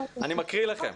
אני מקריא לכם: